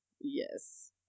yes